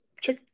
Check